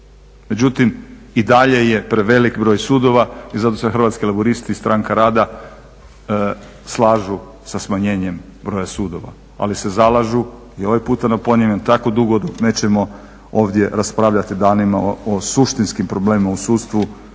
Međutim, i dalje je prevelik broj sudova i zato se Hrvatski laburisti i stranka rada slažu sa smanjenjem broja sudova ali se zalažu, i ovaj puta napominjem tako dugo dok nećemo ovdje raspravljati danima o suštinskim problemima u sudstvu,